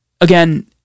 again